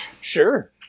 sure